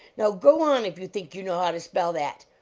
now go on, if you think you know how to spell that!